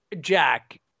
Jack